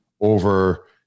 over